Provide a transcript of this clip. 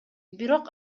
бирок